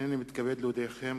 הנני מתכבד להודיעכם,